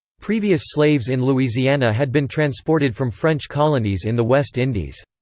previous slaves in louisiana had been transported from french colonies in the west indies.